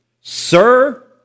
Sir